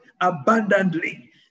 abundantly